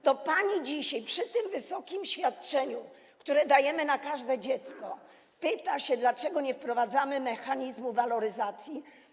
I pani dzisiaj, przy tym wysokim świadczeniu, które dajemy na każde dziecko, pyta, dlaczego nie wprowadzamy mechanizmu waloryzacji?